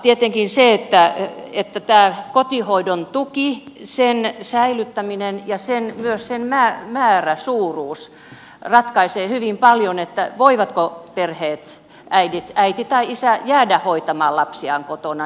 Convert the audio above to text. tietenkin tämä kotihoidon tuki sen säilyttäminen ja myös sen määrä suuruus ratkaisee hyvin paljon voivatko perheet äiti tai isä jäädä hoitamaan lapsiaan kotona